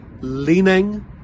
leaning